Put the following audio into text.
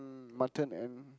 mutton and